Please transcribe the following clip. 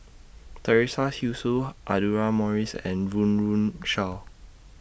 Teresa Hsu Audra Morrice and Run Run Shaw